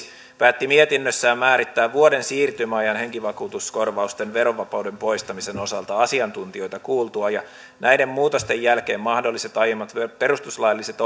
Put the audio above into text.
päätti mietinnössään määrittää vuoden siirtymäajan henkivakuutuskorvausten verovapauden poistamisen osalta asiantuntijoita kuultuaan ja näiden muutosten jälkeen mahdolliset aiemmat perustuslailliset